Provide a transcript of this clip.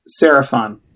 Seraphon